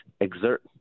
exert